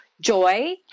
joy